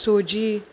सजी